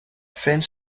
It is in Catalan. fent